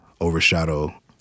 overshadow